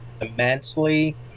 immensely